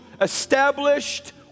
established